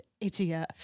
idiot